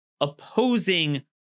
opposing